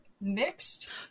mixed